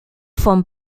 font